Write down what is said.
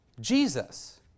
Jesus